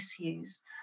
issues